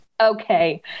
Okay